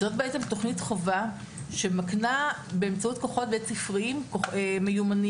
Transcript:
זאת בעצם תוכנית חובה שמקנה באמצעות כוחות בית-ספריים מיומנויות,